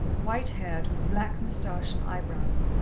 white-haired, with black moustache and eyebrows,